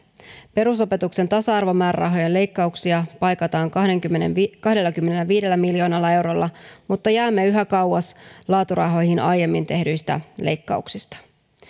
perusopetuksen tasa arvomäärärahojen leikkauksia paikataan kahdellakymmenelläviidellä miljoonalla eurolla mutta jäämme yhä kauas laaturahoihin aiemmin tehdyistä leikkauksista